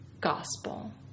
gospel